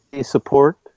Support